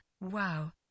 wow